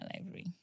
library